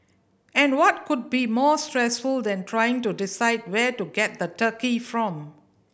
and what could be more stressful than trying to decide where to get the turkey from